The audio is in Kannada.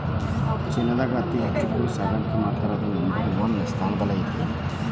ಚೇನಾದಾಗ ಅತಿ ಹೆಚ್ಚ್ ಕುರಿ ಸಾಕಾಣಿಕೆ ಮಾಡ್ತಾರಾ ಅದು ನಂಬರ್ ಒನ್ ಸ್ಥಾನದಾಗ ಐತಿ